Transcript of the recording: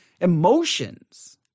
emotions